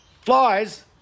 Flies